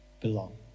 belong